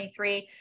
2023